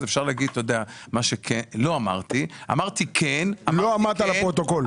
לא אמרת לפרוטוקול.